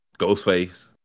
Ghostface